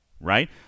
Right